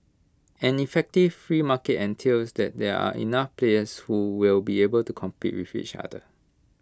an effective free market entails that there are enough players who will be able to compete with each other